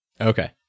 Okay